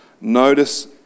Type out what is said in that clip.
Notice